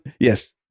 Yes